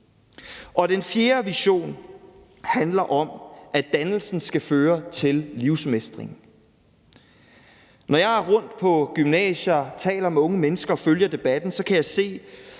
Den fjerde vision handler om, at dannelsen skal føre til livsmestring. Når jeg er rundt på gymnasier og taler med unge mennesker og følger debatten, kan jeg se,